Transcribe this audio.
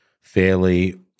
fairly